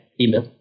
email